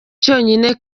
cyonyine